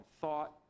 thought